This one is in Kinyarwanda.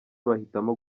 bahitamo